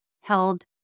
held